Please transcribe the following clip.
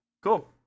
Cool